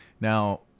Now